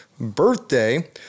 birthday